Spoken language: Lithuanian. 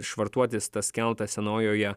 švartuotis tas keltas senojoje